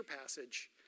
passage